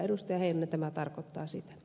heinonen tämä tarkoittaa sitä